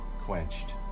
quenched